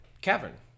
cavern